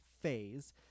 phase